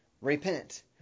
repent